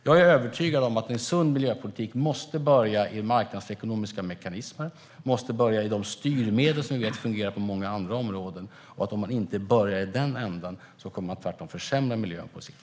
Jag är övertygad om att en sund miljöpolitik måste börja i marknadsekonomiska mekanismer. Den måste börja i de styrmedel som vi vet fungerar på många andra områden. Om man inte börjar i den änden kommer man tvärtom att försämra miljön på sikt.